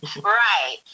Right